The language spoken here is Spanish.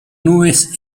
nubes